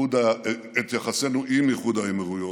יחסינו עם איחוד האמירויות,